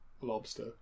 lobster